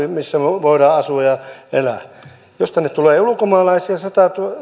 missä me voimme asua ja elää jos tänne tulee ulkomaalaisia satatuhatta